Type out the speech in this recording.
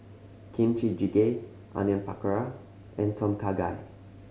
Kimchi Jjigae Onion Pakora and Tom Kha Gai